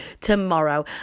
tomorrow